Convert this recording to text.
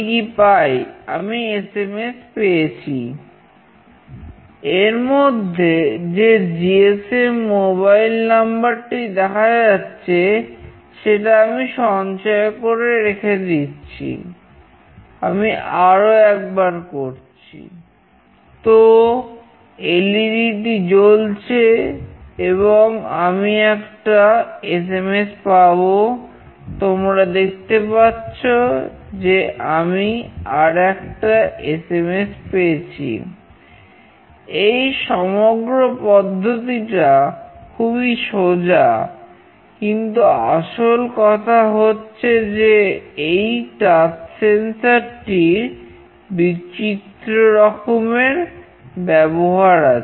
code পেয়েছি এই সমগ্র পদ্ধতিটা খুবই সোজা কিন্তু আসল কথা হচ্ছে যে এই টাচ সেন্সর টির বিচিত্র রকমের ব্যবহার আছে